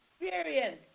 experience